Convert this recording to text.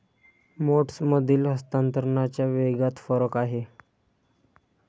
मोड्समधील हस्तांतरणाच्या वेगात फरक आहे